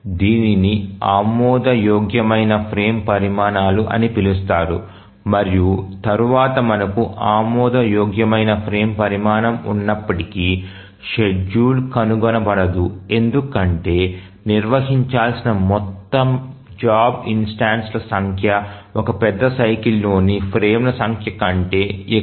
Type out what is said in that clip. దీనిని ఆమోదయోగ్యమైన ఫ్రేమ్ పరిమాణాలు అని పిలుస్తారు మరియు తరువాత మనకు ఆమోదయోగ్యమైన ఫ్రేమ్ పరిమాణం ఉన్నప్పటికీ షెడ్యూల్ కనుగొనబడదు ఎందుకంటే నిర్వహించాల్సిన మొత్తం జాబ్ ఇన్స్టెన్సుల సంఖ్య ఒక పెద్ద సైకిల్ లోని ఫ్రేమ్ల సంఖ్య కంటే ఎక్కువ